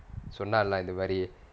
சொன்னாலா இந்தமாரி:sonnalaa inthamaari